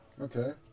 Okay